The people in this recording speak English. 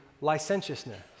licentiousness